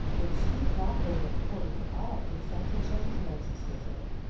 if she's not over forty, i'll consent to change noses with her.